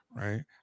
right